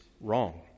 wrong